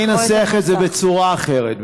אני אנסה בצורה אחרת.